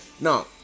now